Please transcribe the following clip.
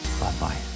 bye-bye